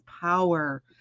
power